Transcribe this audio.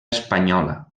espanyola